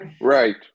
Right